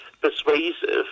persuasive